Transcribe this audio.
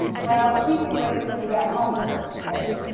well, we can wait till we get home to cook the fish.